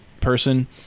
person